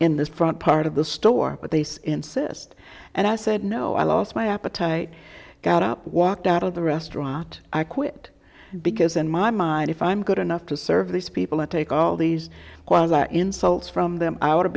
in this front part of the store with this insist and i said no i lost my appetite got up walked out of the restaurant i quit because in my mind if i'm good enough to serve these people and take all these insults from them